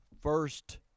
First